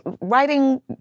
writing